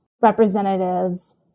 representatives